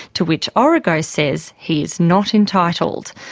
to which origo says he is not entitled.